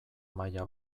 maila